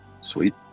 Sweet